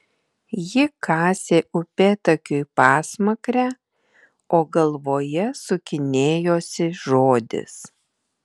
ji kasė upėtakiui pasmakrę o galvoje sukinėjosi žodis